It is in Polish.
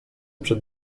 przed